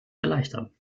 erleichtern